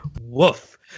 woof